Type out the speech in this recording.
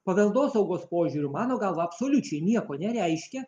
paveldosaugos požiūriu mano galva absoliučiai nieko nereiškia